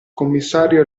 commissario